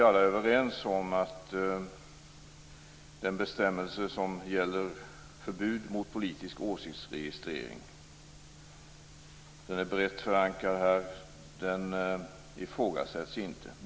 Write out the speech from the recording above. Fru talman! Jag skall ägna mig åt några punkter som kräver ytterligare fördjupning i den här debatten. Jag antar att vi alla är överens om att den bestämmelse som gäller förbud mot politisk åsiktsregistrering är brett förankrad här. Den ifrågasätts inte.